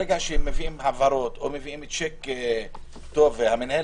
ברגע שמעבירים העברות או שיק טוב ומנהל